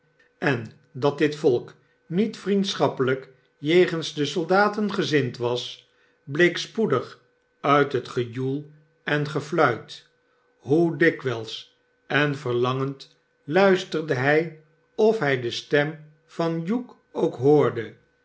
en dat dit volk niet vriendschappelijk jegens de soldaten gezind was bleek spoedig uit het gejoel en gefluit hoe dikwijls en verlangend luisterde hij of hij de stem van hugh ook hoorde